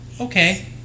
Okay